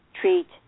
treat